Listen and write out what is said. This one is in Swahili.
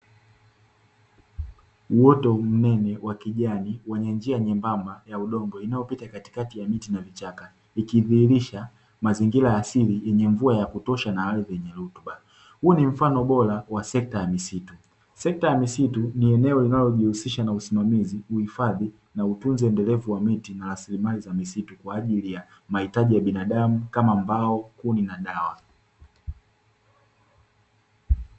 Uoto mnene wa kijani wenye njia nyembamba ya udongo inayopita katikati ya miti na vichaka, ikidhihirisha mazingira ya asili yenye mvua ya kutosha na ardhi yenye rutuba. Huu ni mfano bora wa sekta ya misitu sekta ya misitu ni eneo linalojihusisha na usimamizi, uhifadhi na utunze endelevu wa miti na rasilimali za misitu kwa ajili ya mahitaji ya binadamu kama mbao, kuni na dawa.